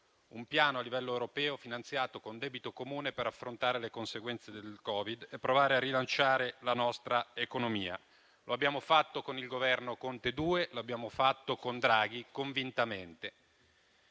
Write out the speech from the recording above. un piano a livello europeo, finanziato con debito comune, per affrontare le conseguenze del Covid e provare a rilanciare la nostra economia. Lo abbiamo fatto con il Governo Conte II e lo abbiamo fatto con Draghi, convintamente.